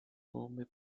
bombay